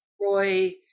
Roy